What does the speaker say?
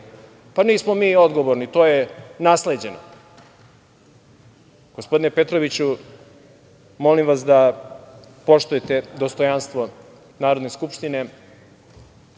Pa, nismo mi odgovorni. To je nasleđeno. Gospodine Petroviću, molim vas da poštujete dostojanstvo Narodne skupštine